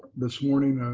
this morning,